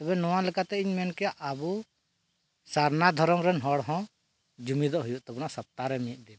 ᱛᱚᱵᱮ ᱱᱚᱣᱟ ᱞᱮᱠᱟᱛᱮ ᱤᱧ ᱞᱟᱹᱭ ᱠᱮᱭᱟ ᱟᱵᱚ ᱥᱟᱨᱱᱟ ᱫᱷᱚᱨᱚᱢ ᱨᱮᱱ ᱦᱚᱲ ᱦᱚᱸ ᱡᱩᱢᱤᱫᱚᱜ ᱦᱩᱭᱩᱜ ᱛᱟᱵᱚᱱᱟ ᱥᱚᱯᱛᱟᱦᱚ ᱨᱮ ᱢᱤᱫ ᱫᱤᱱ